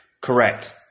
Correct